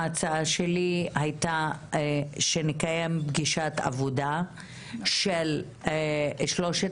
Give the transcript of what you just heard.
ההצעה שלי הייתה שנקיים פגישת עבודה של שלושת